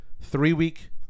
three-week